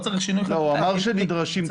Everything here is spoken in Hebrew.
הוא אמר שנדרשים תיקוני חקיקה.